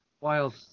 Wild